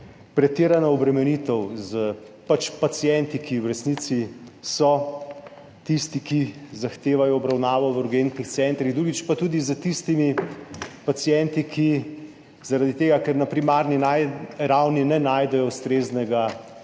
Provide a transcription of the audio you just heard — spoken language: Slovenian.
pretirana obremenitev s pač pacienti, ki v resnici so tisti, ki zahtevajo obravnavo v urgentnih centrih, drugič pa tudi s tistimi pacienti, ki zaradi tega, ker na primarni ravni ne najdejo ustreznega,